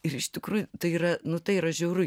ir iš tikrųjų tai yra nu tai yra žiauru